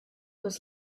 was